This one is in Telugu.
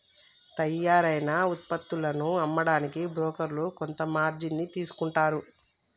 తయ్యారైన వుత్పత్తులను అమ్మడానికి బోకర్లు కొంత మార్జిన్ ని తీసుకుంటారు